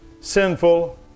sinful